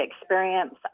experience